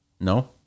No